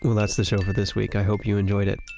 that's the show for this week. i hope you enjoyed it.